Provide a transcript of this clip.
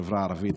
בחברה הערבית.